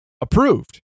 approved